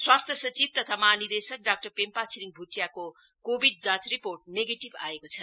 स्वास्थ्य सचिव तथा महा निर्देशक डाक्टर पेम्पा छिरिङ भुटियाको कोविड जाँच रिपोर्ट नेगेटीब आएको छ